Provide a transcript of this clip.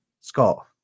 Scott